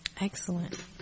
Excellent